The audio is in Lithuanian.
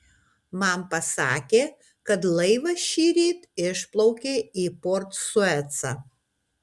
man pasakė kad laivas šįryt išplaukė į port suecą